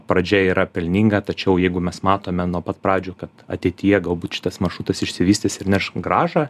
pradžia yra pelninga tačiau jeigu mes matome nuo pat pradžių kad ateityje galbūt šitas maršrutas išsivystys ir neš grąžą